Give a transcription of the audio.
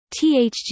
THG